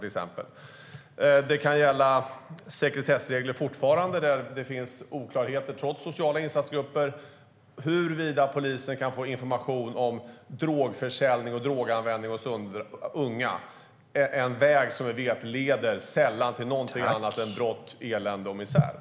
Det kan fortfarande gälla sekretessregler, där det finns oklarheter trots sociala insatsgrupper, och huruvida polisen kan få information om drogförsäljning och droganvändning hos unga - en väg som vi vet sällan leder till någonting annat än brott, elände och misär.